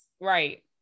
Right